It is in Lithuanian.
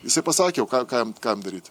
jisai pasakė o ką ką jam ką jam daryt